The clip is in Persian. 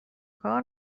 کار